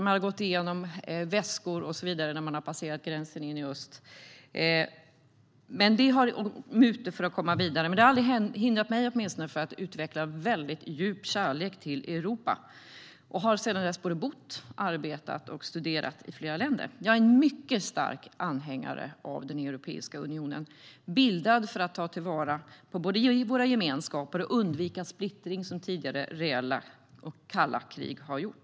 Man har gått igenom väskor och så vidare vid passering av gränsen till öst. Det har behövts mutor för att komma vidare. Men det har aldrig hindrat mig från att utveckla en väldigt djup kärlek till Europa. Jag har sedan dess bott, arbetat och studerat i flera länder. Jag är en mycket stark anhängare av Europeiska unionen, som bildades för att ta till vara våra gemenskaper och undvika den splittring som tidigare reella och kalla krig lett till.